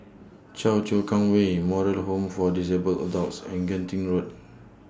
Choa Chu Kang Way Moral Home For Disabled Adults and Genting Road